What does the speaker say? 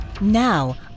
Now